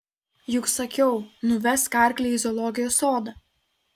juk sakiau nuvesk arklį į zoologijos sodą